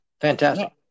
fantastic